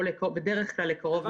בדרך כלל לקרוב משפחה.